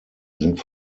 sind